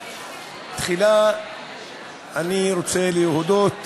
תחילה אני רוצה להודות